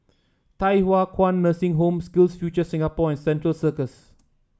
Thye Hua Kwan Nursing Home SkillsFuture Singapore and Central Circus